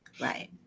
Right